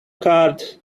card